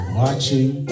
watching